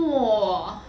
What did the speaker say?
!wah!